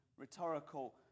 rhetorical